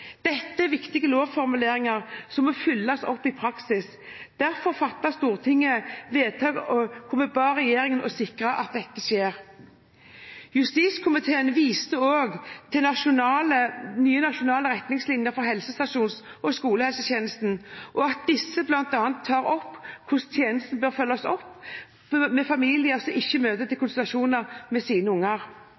Dette er viktige lovformuleringer som må følges opp i praksis. Derfor fattet Stortinget vedtak der vi ba regjeringen om å sikre at dette skjer. Justiskomiteen viste også til nye nasjonale retningslinjer for helsestasjons- og skolehelsetjenesten og at disse bl.a. tar opp hvordan tjenesten bør følges opp for familier som ikke møter til konsultasjoner med sine unger.